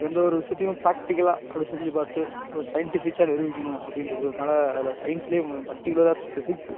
எந்த ஒரு விஷயத்தையும் ப்ராக்டிகலாக அப்படி செஞ்சு பார்த்து ஒரு சயின்டிஃபிக்காக நிரூபிக்கணும் அப்படின்றதுனால அதில் சயின்ஸ்லேயே பர்ட்டிகுலராக ஃபிசிக்ஸு